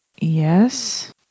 yes